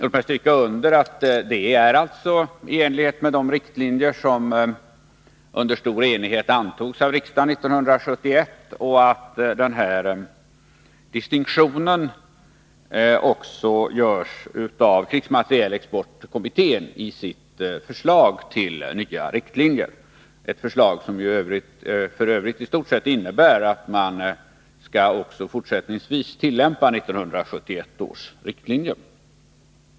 Låt mig stryka under att detta alltså är i enlighet med de riktlinjer som under stor enighet antogs av riksdagen 1971 och att den här distinktionen också görs av krigsmaterielexportkommittén i dess förslag till nya riktlinjer, ett förslag som f. ö. i stort sett innebär att man också fortsättningsvis skall tillämpa 1971 års riktlinjer.